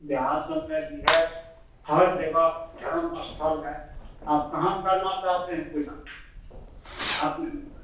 देहात सब में भी है हर जगह धर्म स्थल है आप कहाँ करना चाहते हैं पूजा आप